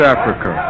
Africa